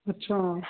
ਅੱਛਾ